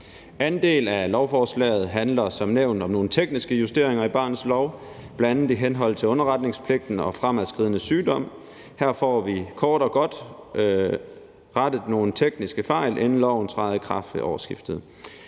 anden del af lovforslaget handler som nævnt om nogle tekniske justeringer i barnets lov, bl.a. i henhold til underretningspligten og fremadskridende sygdom. Her får vi kort og godt rettet nogle tekniske fejl, inden loven træder i kraft ved årsskiftet.